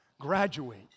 graduate